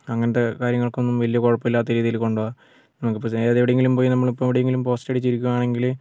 അങ്ങനത്തെ കാര്യങ്ങൾക്കൊന്നും വലിയ കുഴപ്പമില്ലാത്ത രീതിയിൽ കൊണ്ടുപോവാം നമുക്കിപ്പോൾ സേ അതാണ് എവിടെയെങ്കിലും പോയി നമ്മളിപ്പോൾ എവിടെയെങ്കിലും പോസ്റ്റ് അടിച്ചിരിക്കുവാണെങ്കിൽ